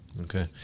okay